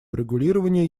урегулирования